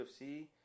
UFC